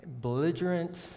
belligerent